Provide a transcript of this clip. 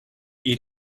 eat